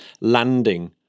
landing